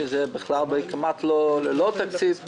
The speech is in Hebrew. שזה כמעט ללא תקציב.